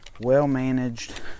well-managed